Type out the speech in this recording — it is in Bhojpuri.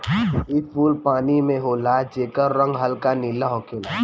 इ फूल पानी में होला जेकर रंग हल्का नीला होखेला